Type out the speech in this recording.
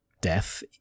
death